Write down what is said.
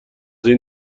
این